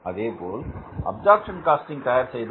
அதேபோல் absorption costing தயார் செய்தோம்